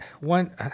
one